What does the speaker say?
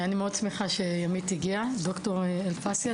אני מאוד שמחה על שד״ר אלפסי הגיעה,